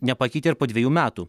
nepakeitė ir po dvejų metų